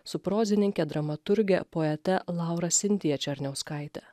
su prozininke dramaturge poete laura sintija černiauskaite